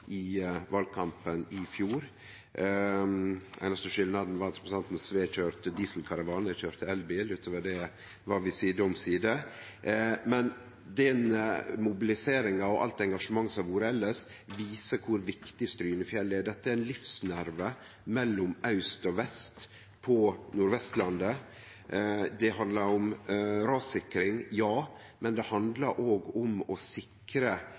i valkampen i fjor. Den einaste skilnaden var at representanten Sve køyrde dieselkaravan og eg køyrde elbil. Ut over det var vi side om side. Den mobiliseringa og alt engasjementet som har vore elles, viser kor viktig Strynefjellet er. Dette er ein livsnerve mellom aust og vest, på Nord-Vestlandet. Det handlar om rassikring – ja – men det handlar òg om å sikre